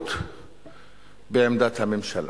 צביעות בעמדת הממשלה.